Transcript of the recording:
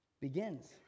begins